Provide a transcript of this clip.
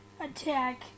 attack